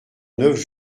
neuf